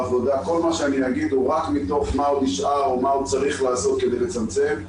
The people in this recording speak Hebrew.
עוד נשאר ומה עוד צריך לעשות כדי לצמצם.